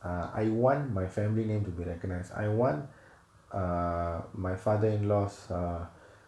err I want my family name to be recognised I want err my father-in-law's ah